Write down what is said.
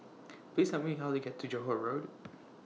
Please Tell Me How to get to Johore Road